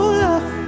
love